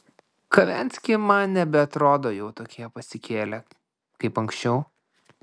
kavenski man nebeatrodo jau tokie pasikėlę kaip anksčiau